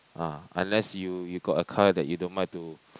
ah unless you you got a car that you don't mind to